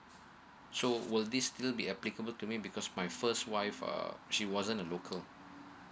so will this still be applicable to me because my first wife uh she wasn't a local